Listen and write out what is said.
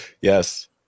Yes